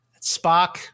Spock